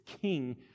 king